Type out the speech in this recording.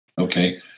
Okay